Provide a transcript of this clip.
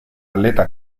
aleta